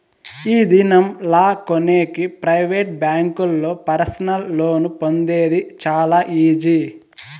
ఈ దినం లా కొనేకి ప్రైవేట్ బ్యాంకుల్లో పర్సనల్ లోన్ పొందేది చాలా ఈజీ